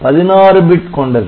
16 bit கொண்டது